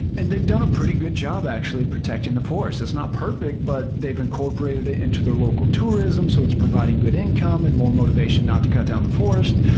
and they've done a pretty good job, actually, of protecting the forests. it's not perfect, but they've incorporated it into their local tourism so it's providing good income and more motivation not to cut down the forest.